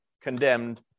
condemned